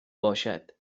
باشد